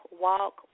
walk